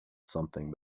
something